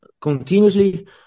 continuously